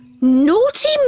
Naughty